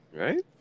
Right